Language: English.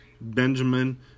Benjamin